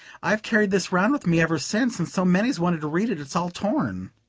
i've carried this round with me ever since, and so many's wanted to read it, it's all torn.